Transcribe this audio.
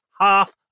half